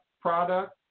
product